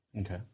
okay